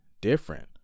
different